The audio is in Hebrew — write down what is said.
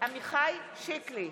ואני גם שאלתי אותה,